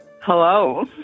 hello